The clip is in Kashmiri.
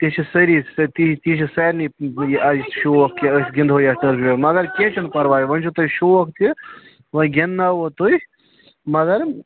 تُہۍ چھِ سٲری تی تی چھُ سارِنٕے یہِ آ شوق کہِ أسۍ گِنٛدٕہو یَتھ ٹٔرفہِ مگر کیٚنٛہہ چھُنہٕ پَرواے وۅنۍ چھُ تۅہہِ شوق تہِ وۅنۍ گِنٛدٕناوہو تُہۍ مگر